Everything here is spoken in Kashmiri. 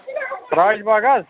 راج باغ حظ